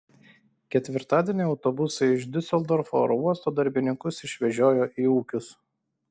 ketvirtadienį autobusai iš diuseldorfo oro uosto darbininkus išvežiojo į ūkius